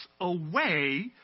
away